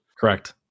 correct